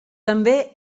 també